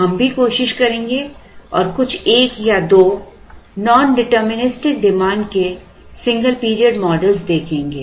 हम भी कोशिश करेंगे और कुछ एक या दो नॉनडिटरमिनिस्टिक डिमांड के देखेंगे